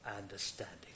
understanding